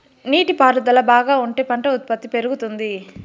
నీటి పారుదల బాగా ఉంటే పంట ఉత్పత్తి పెరుగుతుంది